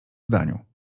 zdaniu